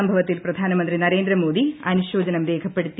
സംഭവത്തിൽ പ്രധാനമന്ത്രി നരേന്ദ്രമോദി അനുശോചനം രേഖപ്പെടുത്തി